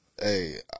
hey